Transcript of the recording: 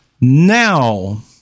Now